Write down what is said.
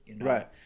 Right